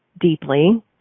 deeply